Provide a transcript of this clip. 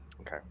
Okay